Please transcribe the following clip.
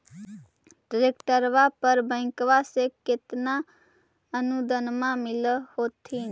ट्रैक्टरबा पर बैंकबा से कितना अनुदन्मा मिल होत्थिन?